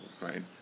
right